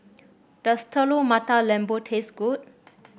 does Telur Mata Lembu taste good